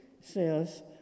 says